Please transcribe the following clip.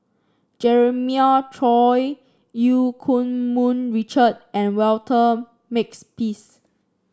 Jeremiah Choy Eu Keng Mun Richard and Walter Makepeace